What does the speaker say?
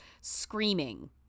screaming